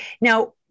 Now